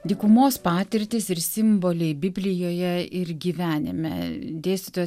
dykumos patirtys ir simboliai biblijoje ir gyvenime dėstytoja